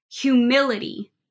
humility